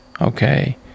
Okay